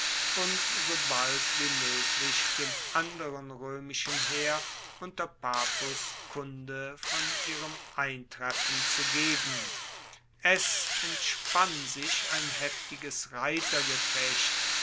und so bald wie moeglich dem anderen roemischen heer unter papus kunde von ihrem eintreffen zu geben es entspann sich ein heftiges